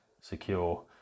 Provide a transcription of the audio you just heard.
secure